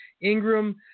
Ingram